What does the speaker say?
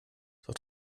doch